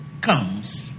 comes